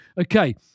Okay